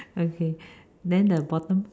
okay then the bottom